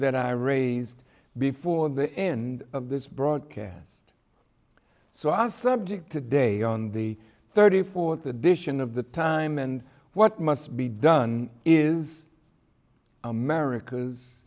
that i raised before the end of this broadcast so our subject today on the thirty fourth edition of the time and what must be done is america's